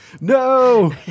No